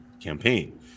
campaign